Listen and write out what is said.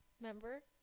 remember